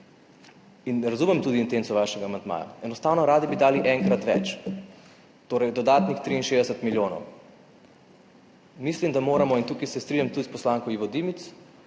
mesec. Razumem tudi intenco vašega amandmaja, enostavno radi bi dali enkrat več, torej dodatnih 63 milijonov. Mislim, da moramo, in tukaj se strinjam tudi s poslanko Ivo Dimic,